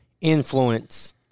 influence